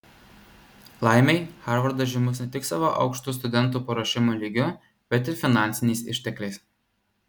laimei harvardas žymus ne tik savo aukštu studentų paruošimo lygiu bet ir finansiniais ištekliais